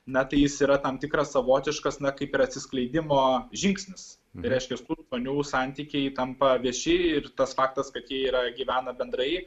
na tai jis yra tam tikra savotiškas na kaip ir atsiskleidimo žingsnis tai reiškia tų žmonių santykiai tampa vieši ir tas faktas kad jie yra gyvena bendrai